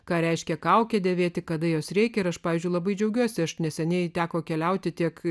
ką reiškia kaukę dėvėti kada jos reikia ir aš pavyzdžiui labai džiaugiuosi aš neseniai teko keliauti tiek